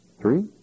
Three